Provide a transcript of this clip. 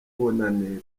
bonane